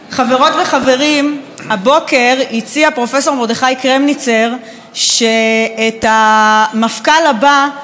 הבוקר הציע פרופ' מרדכי קרמניצר שאת המפכ"ל הבא תמנה ועדה בלתי תלויה.